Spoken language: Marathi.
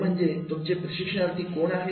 ते म्हणजे तुमचे प्रशिक्षणार्थी कोण आहेत